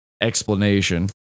explanation